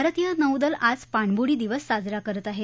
भारतीय नौदल आज पाणबुडी दिवस साजरा करत आहे